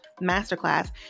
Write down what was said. masterclass